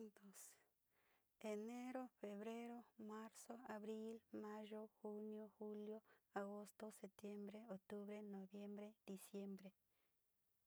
Enero, febrero, marzo, abril, mayo, junio, julio, agosto, septiembre, octubre, noviembre, diciembre.